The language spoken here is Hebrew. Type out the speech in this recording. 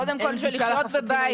קודם כל זה לחיות בבית.